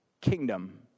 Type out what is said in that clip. kingdom